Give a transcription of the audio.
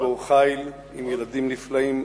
גיבור חיל, עם ילדים נפלאים,